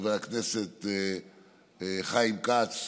חבר הכנסת חיים כץ,